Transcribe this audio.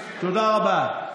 תודה רבה.